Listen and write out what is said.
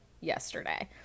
yesterday